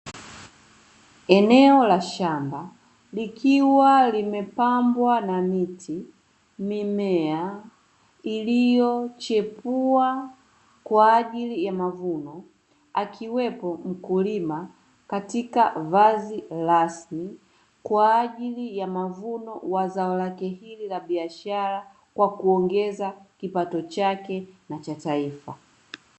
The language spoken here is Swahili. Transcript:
Eneo la shamba likiwa limepambwa na miti, mimea iliyochipua kwa ajili ya mavuno, akiwepo mkulima katika vazi rasmi kwa ajili ya mavuno wa zao lake hili la biashara kwa kuongeza kipato chake na cha taifa.